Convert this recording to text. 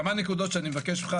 כמה נקודות שאני מבקש ממך,